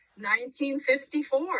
1954